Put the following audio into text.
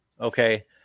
Okay